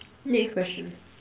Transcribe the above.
next question